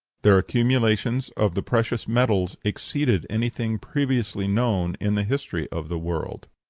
their accumulations of the precious metals exceeded anything previously known in the history of the world.